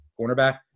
cornerback